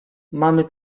mamy